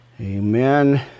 Amen